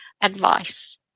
advice